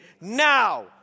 Now